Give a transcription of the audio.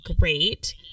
great